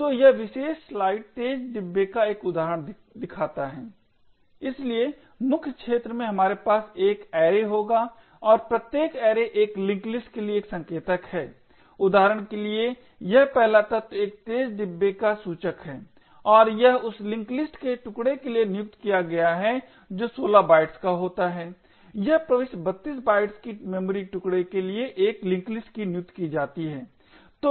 तो यह विशेष स्लाइड तेज डिब्बे का एक उदाहरण दिखाता है इसलिए मुख्य क्षेत्र में हमारे पास एक ऐरे होगा और प्रत्येक ऐरे एक लिंक लिस्ट के लिए एक संकेतक है उदाहरण के लिए यह पहला तत्व एक तेज डिब्बे का सूचक है और यह उस लिंक लिस्ट के टुकडे के लिए नियुक्त किया गया है जो 16 बाइट्स का होता है यह प्रविष्टि 32 बाइट्स की मेमोरी टुकडे के लिए एक लिंक लिस्ट नियुक्त की जाती है तो